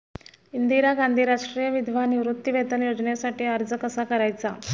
इंदिरा गांधी राष्ट्रीय विधवा निवृत्तीवेतन योजनेसाठी अर्ज कसा करायचा?